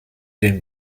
den